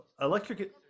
electric